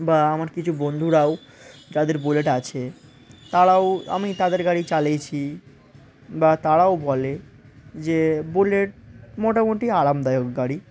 বা আমার কিছু বন্ধুরাও যাদের বুলেট আছে তারাও আমি তাদের গাড়ি চালিয়েছি বা তারাও বলে যে বুলেট মোটামুটি আরামদায়ক গাড়ি